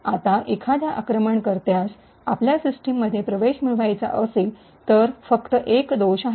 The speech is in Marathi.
आता एखाद्या आक्रमणकर्त्यास आपल्या सिस्टममध्ये प्रवेश मिळवायचा असेल तर फक्त एक दोष आहे